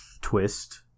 twist